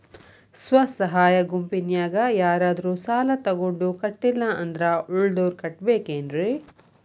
ಸ್ವ ಸಹಾಯ ಗುಂಪಿನ್ಯಾಗ ಯಾರಾದ್ರೂ ಸಾಲ ತಗೊಂಡು ಕಟ್ಟಿಲ್ಲ ಅಂದ್ರ ಉಳದೋರ್ ಕಟ್ಟಬೇಕೇನ್ರಿ?